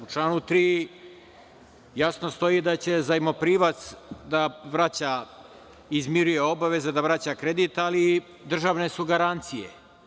U članu 3. jasno stoji da će zajmoprimac da izmiruje obaveze, da vraća kredit, ali državne su garancije.